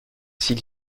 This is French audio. s’il